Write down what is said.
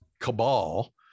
cabal